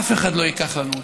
אף אחד לא ייקח לנו אותה.